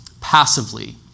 passively